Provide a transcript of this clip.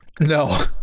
No